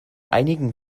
einigen